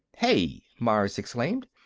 hey! myers exclaimed.